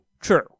true